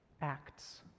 acts